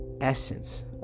essence